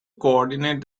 coordinate